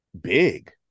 big